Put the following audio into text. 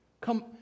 Come